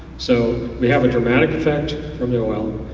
so we have a dramatic effect from the oil,